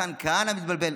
ומתן כהנא מתבלבל.